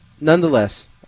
nonetheless